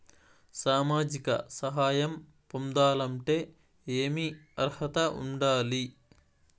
సామాజిక సహాయం పొందాలంటే ఏమి అర్హత ఉండాలి?